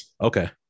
okay